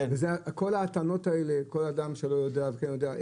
כל ההטענות האלה, כל אדם שלא יודע וכן יודע.